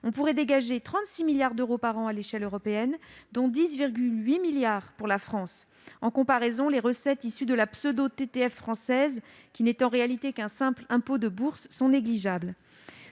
pourrions dégager 36 milliards d'euros par an à l'échelle européenne, dont 10,8 milliards d'euros pour la France. En comparaison, les recettes issues de la pseudo-TTF française, qui n'est en réalité qu'un simple impôt boursier, sont négligeables.